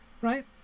right